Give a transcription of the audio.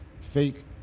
fake